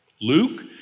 Luke